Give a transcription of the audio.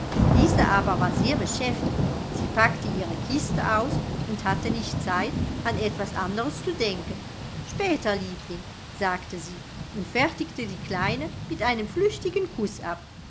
diese aber war sehr beschäftigt sie packte ihre kiste aus und hatte nicht zeit an etwas anderes zu denken später liebling sagte sie und fertigte die kleine mit einem flüchtigen kuß ab